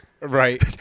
Right